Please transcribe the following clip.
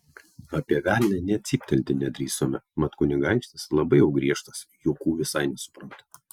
apie velnią nė cyptelėti nedrįsome mat kunigaikštis labai jau griežtas juokų visai nesupranta